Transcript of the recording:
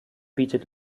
bietet